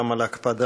גם על ההקפדה